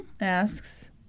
asks